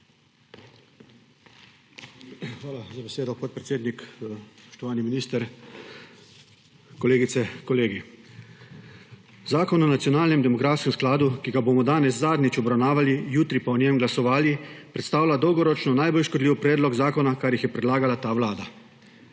Hvala za besedo, podpredsednik. Spoštovani minister, kolegice, kolegi! Zakon o nacionalnem demografskem skladu, ki ga bomo danes zadnjič obravnavali, jutri pa o njem glasovali, predstavlja dolgoročno najbolj škodljiv predlog zakona, kar jih je predlagala ta vlada.